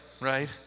right